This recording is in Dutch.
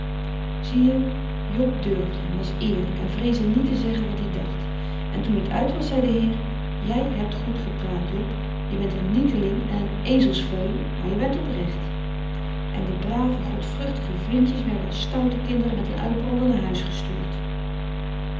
zie je job durfde en was eerlijk en vreesde niet te zeggen wat ie dacht en toen t uit was zei de heer jij hebt goed gepraat job je bent een nieteling en een ezelsveulen maar je bent oprecht en de brave godvruchtige vrindjes werden als stoute kinderen met een uitbrander na huis gestuurd